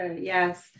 Yes